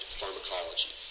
pharmacology